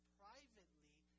privately